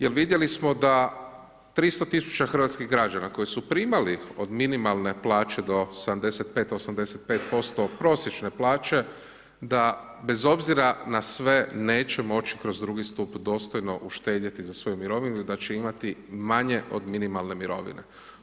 Jel vidjeli smo da 300000 hrvatskih građana koji su primali od minimalne plaće do 75, 85% od prosječne plaće, da bez obzira na sve, nećemo moći kroz drugi stup dostojno uštedjeti za svoju mirovinu, i da će imati manje od minimalne mirovine.